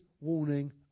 warning